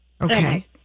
Okay